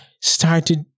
started